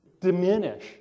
diminish